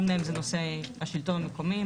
אחד מהם זה נושא השלטון המקומי,